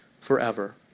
forever